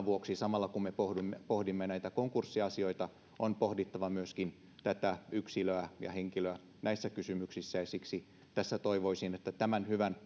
vuoksi samalla kun me pohdimme pohdimme näitä konkurssiasioita on pohdittava myöskin yksilöä ja henkilöä näissä kysymyksissä ja siksi toivoisin että tämän hyvän